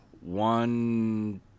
one